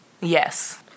yes